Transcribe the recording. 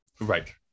Right